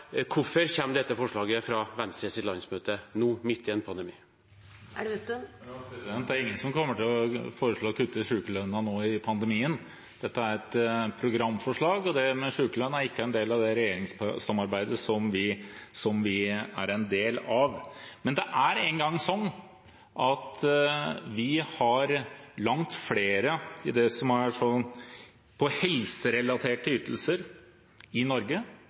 Hvorfor kom dette forslaget fra Venstres landsmøte nå midt i en pandemi? Det er ingen som kommer til å foreslå å kutte i sykelønnen nå i pandemien. Dette er et programforslag, og sykelønn er ikke en del av det regjeringssamarbeidet som vi er en del av. Men det er nå en gang sånn at vi har langt flere på helserelaterte ytelser i Norge, inkludert folk som får sykelønn, samtidig som det er